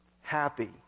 happy